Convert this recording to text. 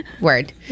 word